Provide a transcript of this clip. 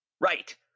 Right